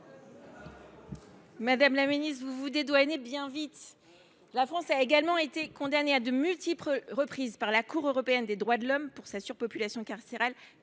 Madame la secrétaire d’État, vous vous dédouanez bien vite ! La France a également été condamnée à de multiples reprises par la Cour européenne des droits de l’homme (CEDH) pour sa surpopulation carcérale